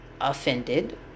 offended